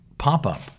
pop-up